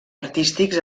artístics